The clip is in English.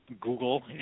Google